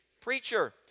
Preacher